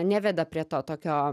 neveda prie to tokio